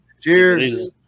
Cheers